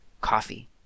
coffee